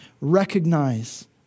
recognize